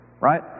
right